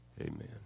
Amen